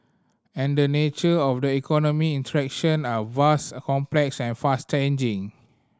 and the nature of the economy interaction are vast complex and fast changing